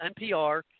NPR